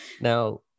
Now